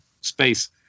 space